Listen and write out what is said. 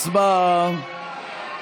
הצבעה.